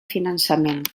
finançament